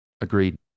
agreed